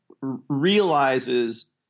realizes